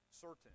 certain